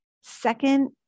Second